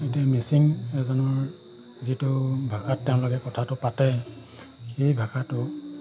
এতিয়া মিচিং এজনৰ যিটো ভাষাত তেওঁলোকে কথাটো পাতে সেই ভাষাটো